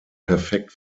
perfekt